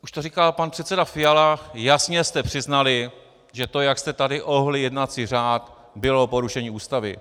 Už to říkal pan předseda Fiala, jasně jste přiznali, že to, jak jste tady ohnuli jednací řád, bylo porušení Ústavy.